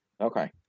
Okay